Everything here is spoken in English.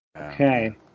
Okay